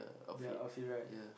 their outfit right